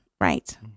Right